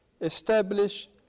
establish